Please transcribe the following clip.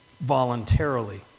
voluntarily